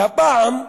הפעם,